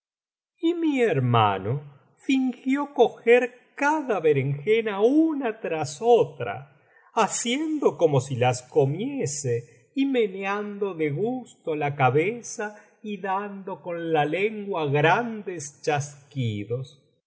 y mi hermano fingió coger cada berenjena una tras otra haciendo como si las comiese y meneando de gusto la cabeza y dando con la lengua grandes chasquidos